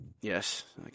yes